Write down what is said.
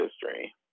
history